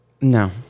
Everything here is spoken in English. No